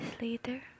later